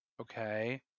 Okay